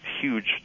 huge